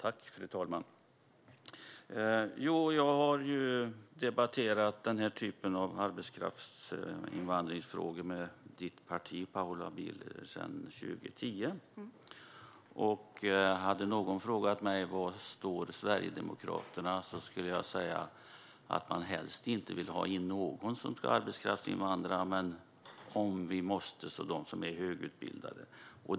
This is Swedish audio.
Fru talman! Jag har debatterat den här typen av arbetskraftsinvandringsfrågor med Paula Bielers parti sedan 2010. Om någon hade frågat mig var Sverigedemokraterna står skulle jag säga att de helst inte vill ha in någon arbetskraftsinvandrare, men om det är ett måste ska de vara högutbildade.